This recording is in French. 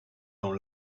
dans